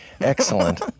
Excellent